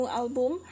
album